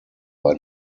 war